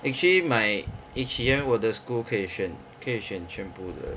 actually my each year 我的 school 可以选可以选全部的